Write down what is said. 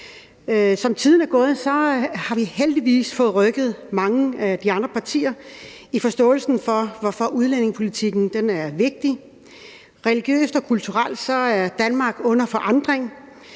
Som tiden er gået, har vi heldigvis fået rykket mange af de andre partier i forståelsen for, hvorfor udlændingepolitikken er vigtig. Religiøst og kulturelt er Danmark under forandring